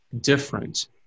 different